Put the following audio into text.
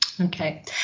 Okay